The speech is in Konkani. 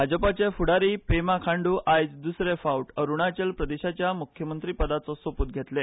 भाजपाचे फुडारी पेमा खांडू आयज दुसरे फावट अरुणाचल प्रदेशाच्या मुख्यमंत्री पदाचो सोपूत घेतले